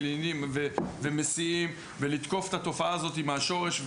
מלינים ומסיעים ולתקוף את התופעה הזאת מהשורש,